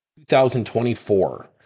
2024